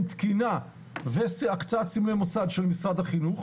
תקינה והקצאת סמלי מוסד של משרד החינוך.